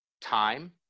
time